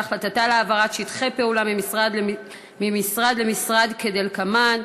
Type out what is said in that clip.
על החלטתה להעביר שטחי פעולה ממשרד למשרד כדלקמן.